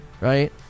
right